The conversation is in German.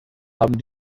haben